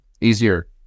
easier